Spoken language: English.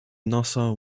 nassau